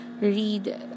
read